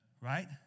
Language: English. Right